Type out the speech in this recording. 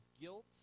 guilt